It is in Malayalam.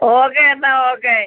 ഓക്കെ എന്നാൽ ഓക്കെ